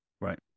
right